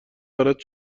برات